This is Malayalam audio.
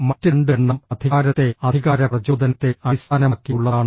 മറ്റ് 2 എണ്ണം അധികാരത്തെ അധികാര പ്രചോദനത്തെ അടിസ്ഥാനമാക്കിയുള്ളതാണ്